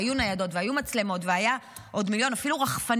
היו ניידות והיו מצלמות ואפילו רחפנים,